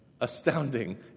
astounding